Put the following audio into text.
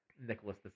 Nicholas